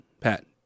Pat